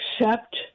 accept